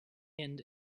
end